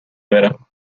برم